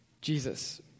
Jesus